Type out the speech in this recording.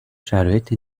شرایط